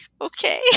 okay